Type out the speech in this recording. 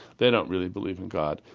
they don't really believe in god,